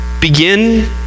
begin